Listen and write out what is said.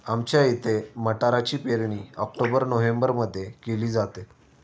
आमच्या इथे मटारची पेरणी ऑक्टोबर नोव्हेंबरमध्ये केली जाते